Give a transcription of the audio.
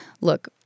look